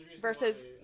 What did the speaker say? Versus